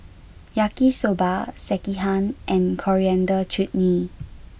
Yaki Soba Sekihan and Coriander Chutney